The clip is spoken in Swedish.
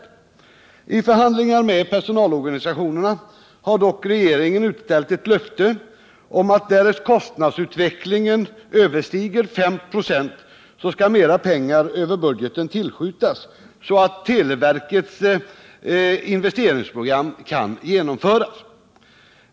Vid förhandlingar med personalorganisationerna har dock regeringen utställt ett löfte om att därest kostnadsutvecklingen överstiger 5 96 skall mera pengar över budgeten tillskjutas, så att televerkets investeringsprogram kan genomföras.